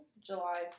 July